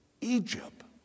Egypt